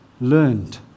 learned